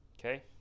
Okay